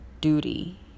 duty